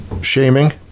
shaming